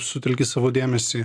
sutelki savo dėmesį